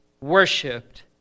worshipped